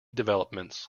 developments